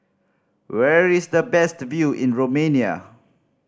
where is the best view in Romania